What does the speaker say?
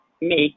make